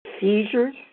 Seizures